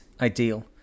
ideal